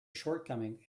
shortcoming